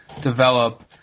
develop